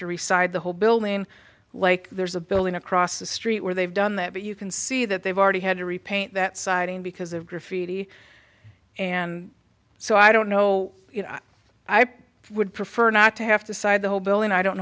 to re side the whole building like there's a building across the street where they've done that you can see that they've already had to repaint that siding because of graffiti and so i don't know how i would prefer not to have to side the whole building i don't